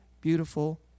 beautiful